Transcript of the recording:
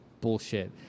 bullshit